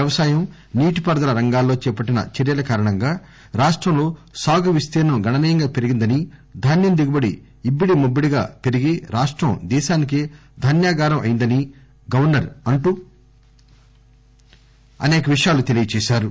వ్యవసాయం నీటిపారుదల రంగాల్లో చేపట్టిన చర్యల కారణంగా రాష్టంలో సాగు విస్తీర్ణం గణనీయంగా పెరిగిందని ధాన్యం దిగుబడి ఇబ్బడి ముబ్బడిగా పెరిగి రాష్టం దేశానికే ధాన్యాగారం అయిందని చెప్పారు